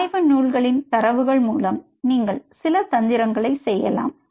ஆய்வு நூல்களின் தரவுகள் மூலம் நீங்கள் சில தந்திரங்கள் செய்யலாம்